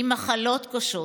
עם מחלות קשות.